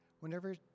Whenever